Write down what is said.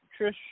Trish